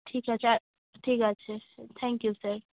ঠিক আছে আর ঠিক আছে থ্যাঙ্ক ইউ স্যার